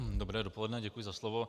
Dobré dopoledne, děkuji za slovo.